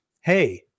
hey